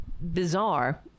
bizarre